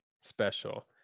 special